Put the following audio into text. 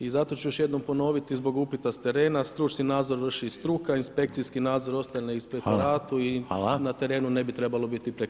I zato ću još jednom ponoviti, zbog upita s terena, stručni nadzor vrši struka, inspekcijski nadzor ostaje na inspektoratu i na terenu ne bi trebalo biti preklapanja